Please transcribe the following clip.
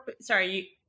sorry